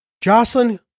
Jocelyn